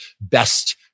best